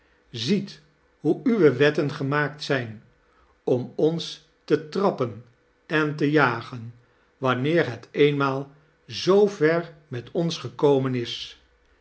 ziet hoe uwe wetten gemaakt zijn om ons te trappen en te jagen wanneer het eenmaal zoo ver met ons gekomen is